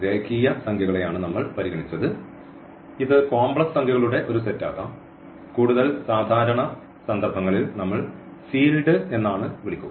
രേഖീയ സംഖ്യകളെയാണ് നമ്മൾ പരിഗണിച്ചത് ഇത് കോംപ്ലക്സ് സംഖ്യകളുടെ ഒരു സെറ്റ് ആകാം കൂടുതൽ സാധാരണ സന്ദർഭങ്ങളിൽ നമ്മൾ ഫീൽഡ് എന്നാണ് വിളിക്കുക